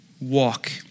Walk